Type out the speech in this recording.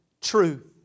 truth